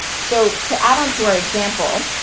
so, to add on to our example,